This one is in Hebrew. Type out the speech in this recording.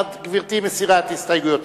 גברתי מסירה את הסתייגויותיה?